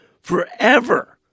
forever